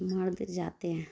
مرد جاتے ہیں